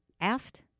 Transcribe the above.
aft